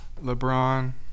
LeBron